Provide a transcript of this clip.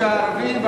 שהערבים,